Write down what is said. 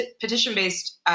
petition-based